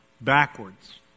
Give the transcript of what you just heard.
backwards